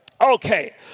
Okay